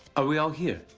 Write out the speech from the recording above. ah we all here?